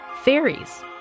Fairies